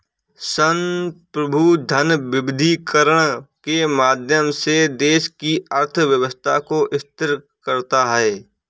संप्रभु धन विविधीकरण के माध्यम से देश की अर्थव्यवस्था को स्थिर करता है